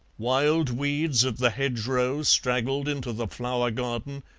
wild weeds of the hedgerow straggled into the flower-garden,